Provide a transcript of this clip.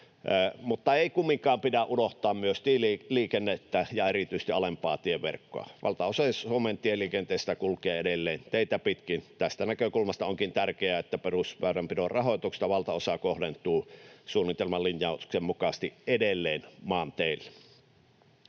Mutta ei kumminkaan pidä unohtaa myös tieliikennettä ja erityisesti alempaa tieverkkoa. Valtaosa Suomen liikenteestä kulkee edelleen teitä pitkin. Tästä näkökulmasta onkin tärkeää, että perusväylänpidon rahoituksesta valtaosa kohdentuu suunnitelman linjauksen mukaisesti edelleen maanteille.